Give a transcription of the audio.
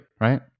right